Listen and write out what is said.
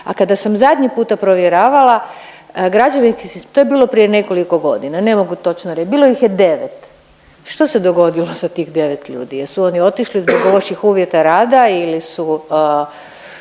A kada sam zadnji put provjeravala, to je bilo prije nekoliko godina, ne mogu točno reć, bilo ih je devet. Što se dogodilo sa tih devet ljudi? Jesu oni otišli zbog loših uvjeta rada ili su